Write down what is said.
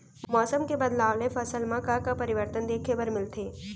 मौसम के बदलाव ले फसल मा का का परिवर्तन देखे बर मिलथे?